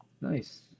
nice